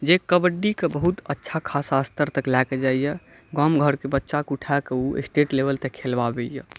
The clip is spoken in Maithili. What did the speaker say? जे कबड्डीकेँ बहुत अच्छा खासा स्तर तक लए कऽ जाइए गाम घरके बच्चाकेँ उठा कऽ ओ स्टेट लेवल तक खेलवाबैए